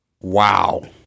Wow